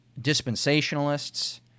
dispensationalists